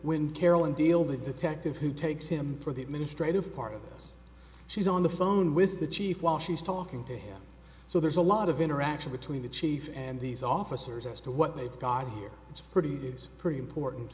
when carolyn deal the detective who takes him for the administrative part of this she's on the phone with the chief while she's talking to him so there's a lot of interaction between the chief and these officers as to what they've got here it's pretty it's pretty important